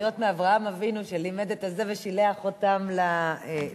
שאריות מאברהם אבינו שלימד את זה ושילח אותם למזרח,